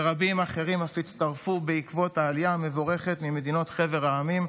ורבים אחרים אף הצטרפו בעקבות העלייה המבורכת מחבר המדינות,